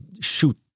shoot